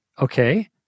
Okay